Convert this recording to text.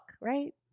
right